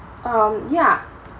um ya